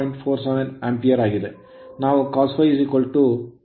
47 ampere ಆಗಿದೆ